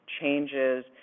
changes